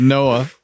Noah